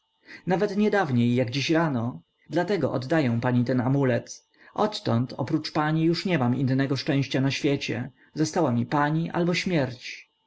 nawet niedawniej jak dziś rano dlatego oddaję pani ten amulet odtąd oprócz pani już nie mam innego szczęścia na świecie została mi pani albo śmierć